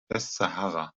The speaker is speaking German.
westsahara